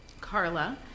Carla